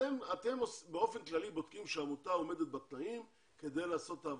אתם באופן כללי בודקים שהעמותה עומדת בתנאים כדי לעשות את העבודה.